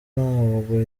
ntabwo